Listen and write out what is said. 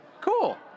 Cool